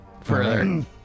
further